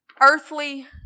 Earthly